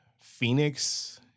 Phoenix